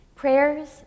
Prayers